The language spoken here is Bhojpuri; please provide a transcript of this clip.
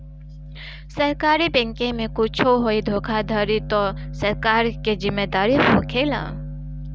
सरकारी बैंके में कुच्छो होई धोखाधड़ी होई तअ सरकार के जिम्मेदारी होखेला